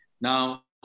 now